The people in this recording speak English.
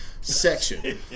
section